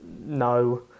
No